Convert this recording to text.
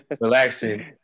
relaxing